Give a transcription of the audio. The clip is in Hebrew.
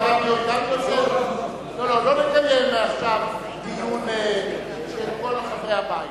לא נקיים עכשיו דיון של כל חברי הבית.